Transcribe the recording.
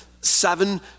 seven